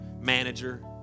manager